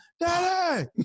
daddy